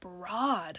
broad